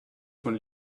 von